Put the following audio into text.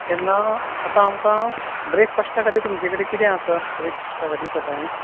तेन्ना आतां आमकां ब्रेकफाश्टा खातीर तुमचे कडेन कितें आसा ब्रेकफाश्टा खातीर सकाळी